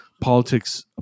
politics